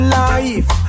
life